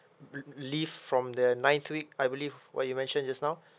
le~ leave from the ninth week I believe what you mention just now